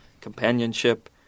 Companionship